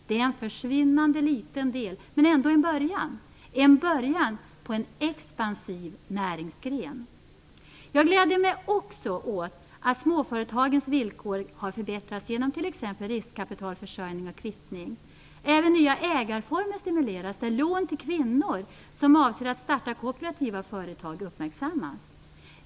Det är en försvinnande liten del, men ändå en början - en början på en expansiv näringsgren. Jag gläder mig också åt att småföretagens villkor har förbättrats genom t.ex. riskkapitalförsörjning och kvittning. Även nya ägarformer stimuleras, där lån till kvinnor som avser att starta kooperativa företag uppmärksammas.